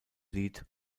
lied